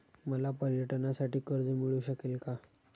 मला पर्यटनासाठी कर्ज मिळू शकेल का?